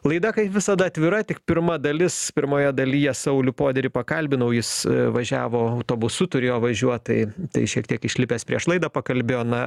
laida kaip visada atvira tik pirma dalis pirmoje dalyje saulių poderį pakalbinau jis važiavo autobusu turėjo važiuot tai tai šiek tiek išlipęs prieš laidą pakalbėjo na